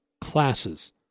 classes